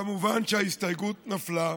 כמובן, ההסתייגות נפלה,